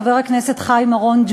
חבר הכנסת חיים אורון,